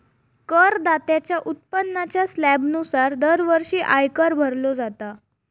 करदात्याच्या उत्पन्नाच्या स्लॅबनुसार दरवर्षी आयकर भरलो जाता